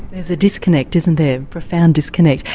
there's a disconnect, isn't there, a profound disconnect.